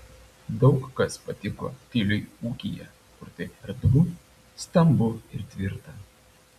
daug kas patiko tiliui ūkyje kur taip erdvu stambu ir tvirta